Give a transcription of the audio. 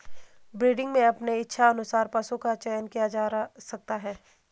breeding में अपने इच्छा अनुसार पशु का चयन किया जा सकता है